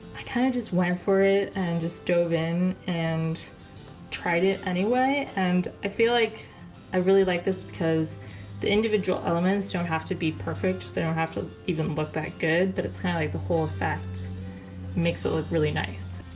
i kind of just went for it and just drove in and tried it anyway and i feel like i really like this because the individual elements don't have to be perfect, they don't have to even look that good. that it's kinda like the whole effect makes it look really nice.